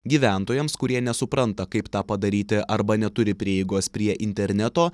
gyventojams kurie nesupranta kaip tą padaryti arba neturi prieigos prie interneto